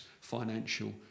financial